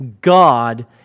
God